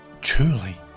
Truly